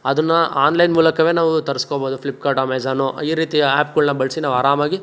ಅದನ್ನು ಆನ್ಲೈನ್ ಮೂಲಕವೇ ನಾವು ತರ್ಸ್ಕೊಬೋದು ಫ್ಲಿಪ್ಕಾರ್ಟ್ ಅಮೇಝಾನು ಈ ರೀತಿಯ ಆ್ಯಪ್ಗಳ್ನ ಬಳಸಿ ನಾವು ಆರಾಮಾಗಿ